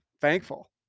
thankful